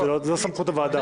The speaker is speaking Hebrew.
זה לא סמכות הוועדה.